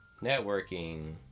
networking